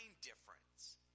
difference